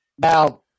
Now